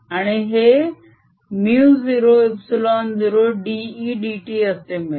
आणि हे μ0ε0dEdt असे मिळेल